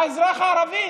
האזרח הערבי